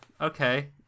okay